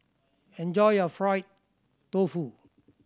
enjoy your fried tofu